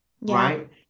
right